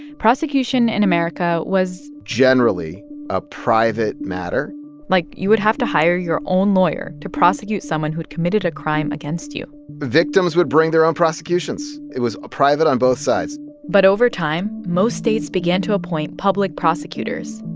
prosecution in america was. generally a private matter like, you would have to hire your own lawyer to prosecute someone who'd committed a crime against you victims would bring their own prosecutions. it was ah private on both sides but over time, most states began to appoint public prosecutors.